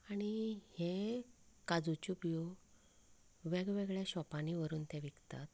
आनी हें काजूच्यो बियो वेगळ्यां वेगळ्यां शॉपांनी व्हरून तें विकतात